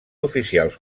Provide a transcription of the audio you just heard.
oficials